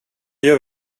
gör